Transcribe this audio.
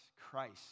Christ